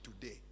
today